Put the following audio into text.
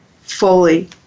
fully